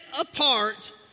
apart